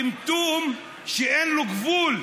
טמטום שאין לו גבול.